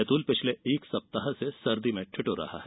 बैतूल पिछले एक सप्ताह से सर्दी से ठिठुर रहा है